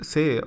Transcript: Say